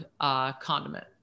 condiment